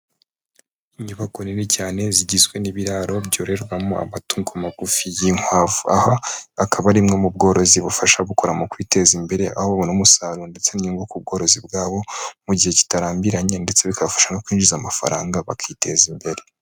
Inyubako nini cyane zigizwe n'ibiraro byororerwamo amatungo magufi y'inkwavu, aha akaba ari imwe mu bworozi bufasha gukora mu kwiteza imbere, ahobona umusaruro ndetse n'inyungu ku bworozi bwabo, mu gihe kitarambiranye ndetse bikabafasha no kwinjiza amafaranga bakiteza imbere.